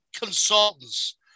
consultants